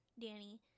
danny